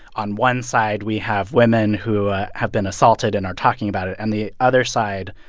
on one side, we have women who have been assaulted and are talking about it. and the other side,